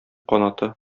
канаты